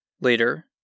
Later